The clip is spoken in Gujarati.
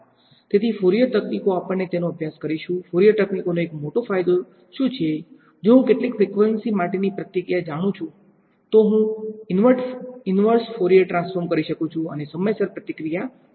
તેથી ફોરીયર તકનીકો આપણે તેમનો અભ્યાસ કરીશું ફોરીયર તકનીકોનો એક મોટો ફાયદો શું છે જો હું કેટલીક ફ્રીક્વન્સીઝ માટેની પ્રતિક્રિયા જાણું છું તો હું ઈન્વર્સ ફોરીયર ટ્રાન્સફોર્મ કરી શકું છું અને સમયસર પ્રતિક્રિયા શોધી શકું છું